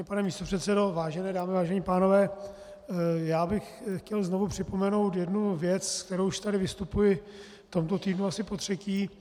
Vážený pane místopředsedo, vážené dámy, vážení pánové, já bych chtěl znovu připomenout jednu věc, se kterou už tady vystupuji v tomto týdnu asi potřetí.